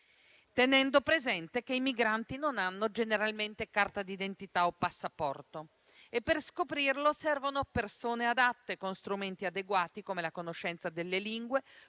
tenendo presente che generalmente non hanno carta d'identità o passaporto e per scoprirlo servono persone adatte con strumenti adeguati, come la conoscenza delle lingue;